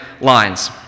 lines